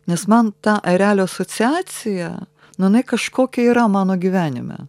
nes man ta erelio asociacija nu jinai kažkokia yra mano gyvenime